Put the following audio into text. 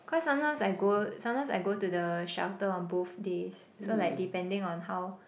cause sometimes I go sometimes I go to the shelter on both days so like depending on how